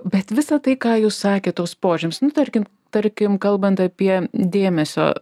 bet visa tai ką jūs sakėte tuos požymius nu tarkim tarkim kalbant apie dėmesio